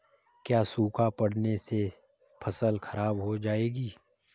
क्या सूखा पड़ने से फसल खराब हो जाएगी?